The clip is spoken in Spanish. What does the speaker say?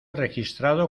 registrado